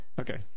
Okay